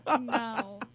No